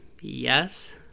Yes